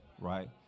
right